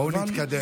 בואו נתקדם.